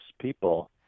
people